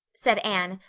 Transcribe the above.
said anne,